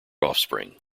offspring